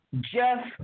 Jeff